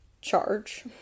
charge